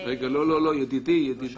נקודה מאוד